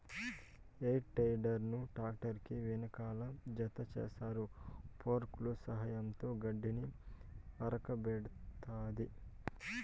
హే tedder ను tractor కి వెనకాల జతచేస్తారు, ఫోర్క్ల సహాయంతో గడ్డిని ఆరబెడతాది